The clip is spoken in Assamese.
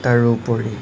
তাৰোপৰি